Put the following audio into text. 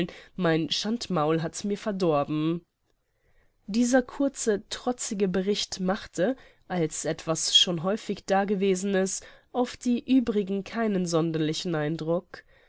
mein schandmaul hat mir's verdorben dieser kurze trotzige bericht machte als etwas schon häufig dagewesenes auf die uebrigen keinen sonderlichen eindruck